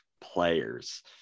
players